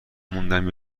موندم